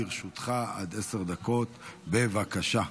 לרשותך עד עשר דקות, בבקשה.